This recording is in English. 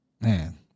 Man